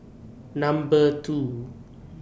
Number two